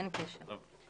אין קשר.